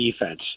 defense